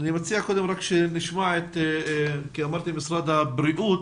ד"ר עדינה יוסף, נציגת משרד הבריאות,